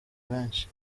benshi